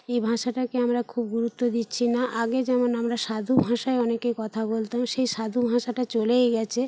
এই ভাষাটাকে আমরা খুব গুরুত্ব দিচ্ছি না আগে যেমন আমরা সাধু ভাষায় অনেকে কথা বলতাম সেই সাধু ভাষাটা চলেই গিয়েছে